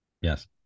Yes